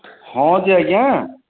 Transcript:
ହଁ ଯେ ଆଜ୍ଞା